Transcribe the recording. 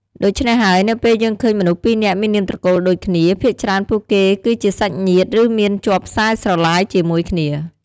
ដូច្នេះហើយ នៅពេលយើងឃើញមនុស្សពីរនាក់មាននាមត្រកូលដូចគ្នា ភាគច្រើនពួកគេគឺជាសាច់ញាតិ ឬ មានជាប់សែស្រឡាយជាមួយគ្នា។